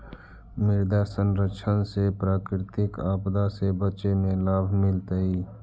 मृदा संरक्षण से प्राकृतिक आपदा से बचे में लाभ मिलतइ